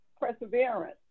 perseverance